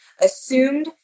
assumed